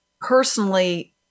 personally